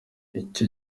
icyo